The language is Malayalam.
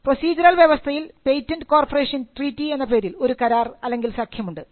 പ്രൊസീജറൽ വ്യവസ്ഥിതിയിൽ പേറ്റന്റ് കോർപ്പറേഷൻ ട്രീറ്റി എന്ന പേരിൽ ഒരു കരാർ അല്ലെങ്കിൽ സഖ്യം ഉണ്ട്